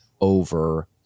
over